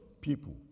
people